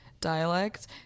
dialect